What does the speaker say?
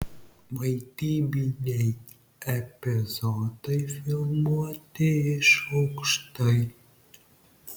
vaidybiniai epizodai filmuoti iš aukštai